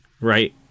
right